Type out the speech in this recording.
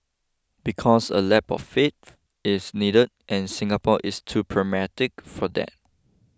because a leap of faith is needed and Singapore is too pragmatic for that